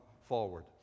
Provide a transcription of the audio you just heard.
forward